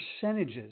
percentages